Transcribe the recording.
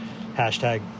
#Hashtag